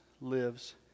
lives